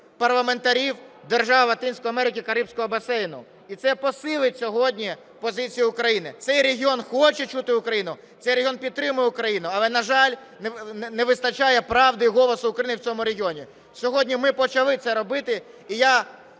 парламентарів держав Латинської Америки та Карибського басейну. І це посилить сьогодні позицію України. Цей регіон хоче чути Україну, цей регіон підтримує Україну, але, на жаль, не вистачає правди голосу України в цьому регіоні. Сьогодні ми почали це робити, і я